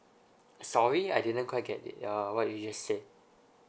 sorry I didn't quite get it uh what you just said